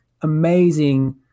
amazing